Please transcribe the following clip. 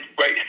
Right